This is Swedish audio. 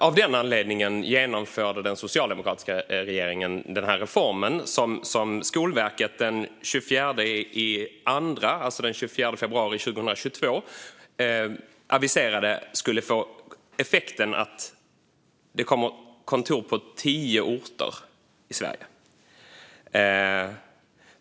Av den anledningen genomförde den socialdemokratiska regeringen reformen som Skolverket den 24 februari 2022 aviserade skulle få effekten att man skulle ha kontor på tio orter i Sverige.